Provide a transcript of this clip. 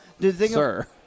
Sir